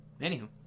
anywho